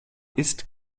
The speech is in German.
ist